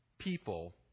people